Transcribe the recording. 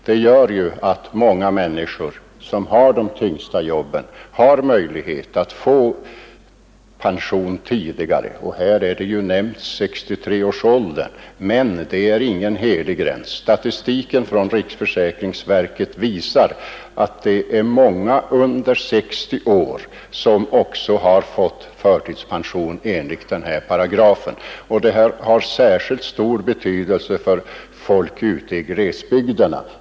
Den gör att många människor med de tyngsta jobben har möjlighet att få pension tidigare. Här har nämnts 63 års ålder, men det är ingen helig gräns. Statistiken från riksförsäkringsverket visar att det är många under 60 år som har fått förtidspension enligt denna paragraf. Detta har särskilt stor betydelse för folk ute i glesbygderna.